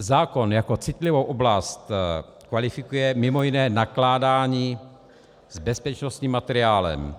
Zákon jako citlivou oblast kvalifikuje mimo jiné nakládání s bezpečnostním materiálem.